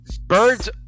birds